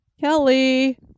Kelly